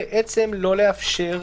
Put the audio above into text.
אני אלך לבדוק ברשם החברות?